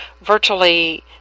virtually